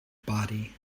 body